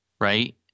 right